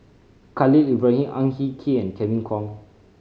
Khalil Ibrahim Ang Hin Kee and Kevin Kwan